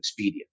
Expedia